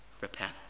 repent